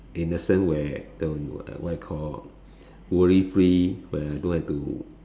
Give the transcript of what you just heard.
innocent where don't what you call worry free where don't have to